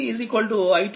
25ఆంపియర్ పొందుతారు